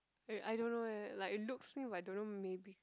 wait I don't know eh like looks new but I don't know maybe